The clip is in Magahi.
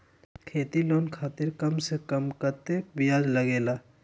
खेती लोन खातीर कम से कम कतेक ब्याज लगेला?